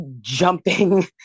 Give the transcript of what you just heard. jumping